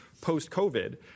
post-COVID